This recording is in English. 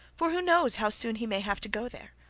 for who knows how soon he may have to go there?